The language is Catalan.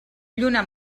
lluna